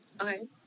okay